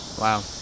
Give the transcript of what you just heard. Wow